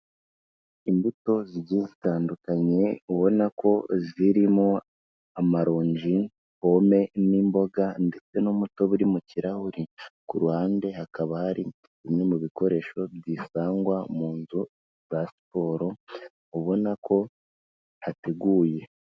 Imbuto zigiye zitandukanye, ubona ko zirimo amaronji, pome n'imboga ndetse n'umutobe uri mu kirahuri. Ku ruhande hakaba hari bimwe mu bikoresho bisangwa mu nzu za siporo, ubona ko hateguye.